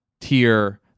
tier